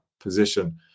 position